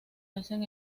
hacen